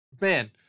Man